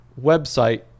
website